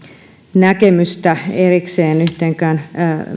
näkemystä erikseen yhteenkään